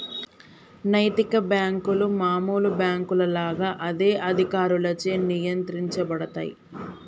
నైతిక బ్యేంకులు మామూలు బ్యేంకుల లాగా అదే అధికారులచే నియంత్రించబడతయ్